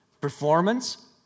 performance